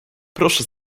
proszę